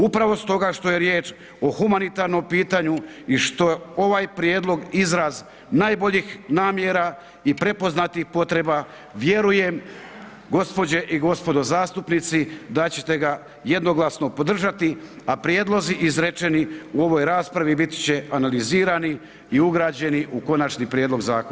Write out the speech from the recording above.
Upravo stoga što je riječ o humanitarnom pitanju i što je ovaj prijedlog izraz najboljih namjera i prepoznatih potreba, vjerujem gospođe i gospodo zastupnici da ćete ga jednoglasno podržati, a prijedlozi izrečeni u ovoj raspravi biti će analizirani i ugrađeni u konačni prijedlog zakona.